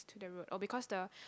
to the road oh because the